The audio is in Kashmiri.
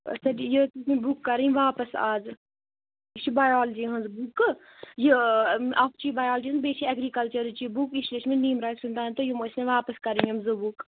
آ سَر یہِ ٲسۍ مےٚ بُک کَرنۍ واپَس از یہِ چھِ بِیالجی ہِنٛز بُک یہِ اَکھ چھِ یہِ بَیالجی ہِنٛز بیٚیہِ چھِ ایٚگرِکَلچَرٕچ یہِ بُک یہِ چھِ نیٖم راج سُلطان تہٕ یِم ٲسۍ مےٚ واپَس کَرٕنۍ یِم زٕ بُک